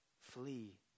Flee